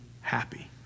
happy